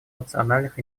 национальных